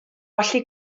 allu